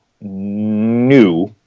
new